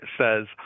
says